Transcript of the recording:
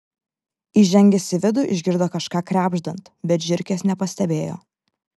įžengęs į vidų išgirdo kažką krebždant bet žiurkės nepastebėjo